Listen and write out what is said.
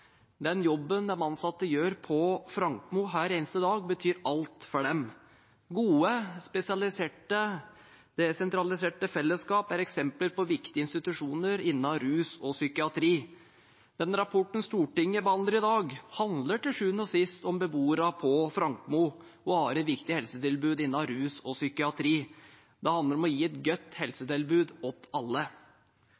Den jobben de ansatte på Frankmo gjør hver eneste dag, betyr alt for dem. Gode, spesialiserte, desentraliserte fellesskap er eksempler på viktige institusjoner innen rus og psykiatri. Den rapporten Stortinget behandler i dag, handler til sjuende og sist om beboerne på Frankmo og andre viktige helsetilbud innen rus og psykiatri. Det handler om å gi et godt